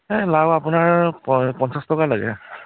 এই লাও আপোনাৰ প পঞ্চাছ টকা লাগে